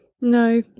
No